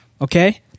okay